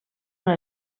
una